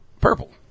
purple